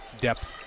depth